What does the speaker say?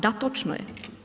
Da, točno je.